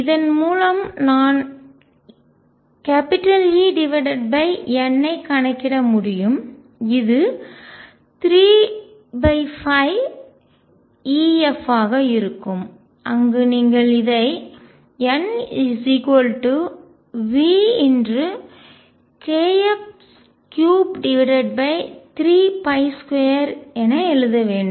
இதன் மூலம் நான் EN ஐ கணக்கிட முடியும் இது 35F ஆக இருக்கும் அங்கு நீங்கள் இதை NV×kF332 என எழுத வேண்டும்